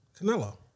Canelo